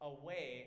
away